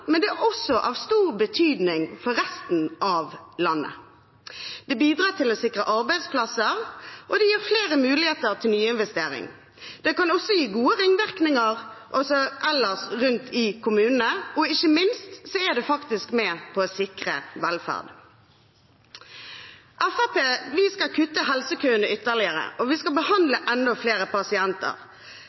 men det er også av stor betydning for resten av landet. Det bidrar til å sikre arbeidsplasser, og det gir flere muligheter til nyinvestering. Det kan gi gode ringvirkninger også ellers rundt i kommunene, og ikke minst er det faktisk med på å sikre velferden. Fremskrittspartiet skal kutte helsekøene ytterligere, og vi skal behandle enda flere pasienter.